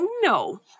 no